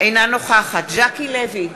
אינה נוכחת ז'קי לוי,